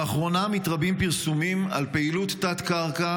לאחרונה מתרבים פרסומים על פעילות תת-קרקע